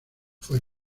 fue